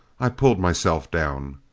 i pulled myself down.